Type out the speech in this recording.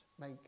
Make